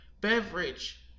beverage